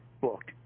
booked